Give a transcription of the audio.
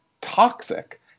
toxic